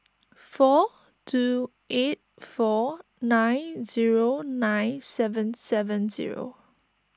four two eight four nine zero nine seven seven zero